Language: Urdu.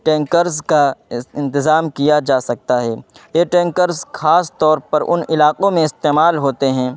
ٹینکرز کا انتظام کیا جا سکتا ہے یہ ٹینکرز خاص طور پر ان علاقوں میں استعمال ہوتے ہیں